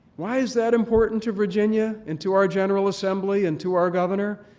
why is that important to virginia and to our general assembly and to our governor?